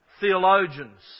theologians